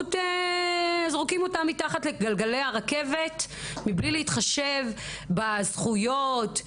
ופשוט זורקים אותם מתחת לגלגלי הרכבת מבלי להתחשב בזכויות.